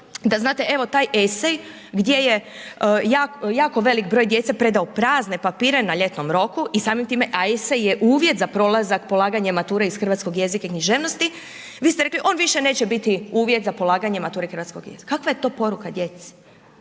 da znate evo taj esej gdje je jako veliki broj djece predao prazne papire na ljetnom roku i samim time, a esej je uvjet za prolazak, polaganje mature iz hrvatskog jezika i književnosti, vi ste rekli on više neće biti uvjet za polaganje mature hrvatskog jezika. Kakva je to poruka djeci?